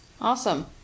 awesome